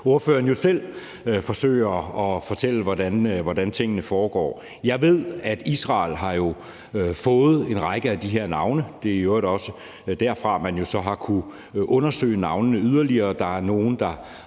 ordføreren selv forsøge at fortælle, hvordan tingene foregår. Jeg ved, at Israel jo har fået en række af de her navne. Det er i øvrigt også derfra, at man så har kunnet undersøge navnene